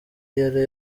yari